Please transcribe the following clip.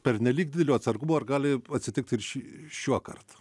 pernelyg didelio atsargumo ar gali atsitikt ir šį šiuokart